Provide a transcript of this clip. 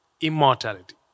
immortality